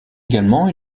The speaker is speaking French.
également